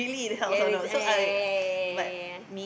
ya make sense ya ya ya ya ya ya